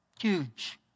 Huge